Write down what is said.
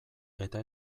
eta